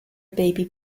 baby